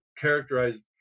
characterized